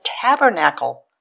tabernacle